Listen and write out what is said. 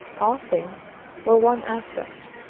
all things wore one aspect,